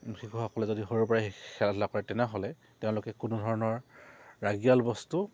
শিশুসকলে যদি সৰুৰে পৰাই খেলা ধূলা কৰে তেনেহ'লে তেওঁলোকে কোনো ধৰণৰ ৰাগীয়াল বস্তু